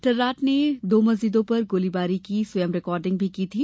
Tarrant ने दो मस्जिदों पर गोलीबारी की स्वयं रिकॉर्डिंग भी की थी